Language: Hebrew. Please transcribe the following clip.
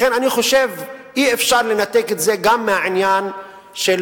לכן אני חושב שאי-אפשר לנתק את זה מהעניין של